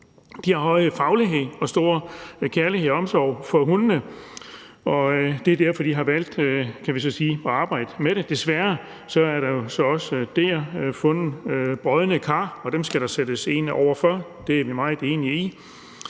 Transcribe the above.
De har en høj faglighed og stor kærlighed og omsorg for hundene, og det er derfor, de har valgt, kan vi så sige, at arbejde med det. Desværre er der så også dér fundet brodne kar, og dem skal der sættes ind over for – det er vi meget enige i.